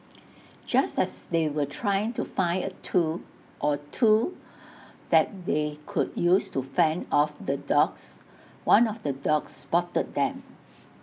just as they were trying to find A tool or two that they could use to fend off the dogs one of the dogs spotted them